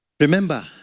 Remember